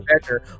better